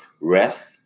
rest